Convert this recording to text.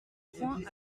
point